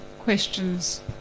questions